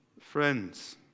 Friends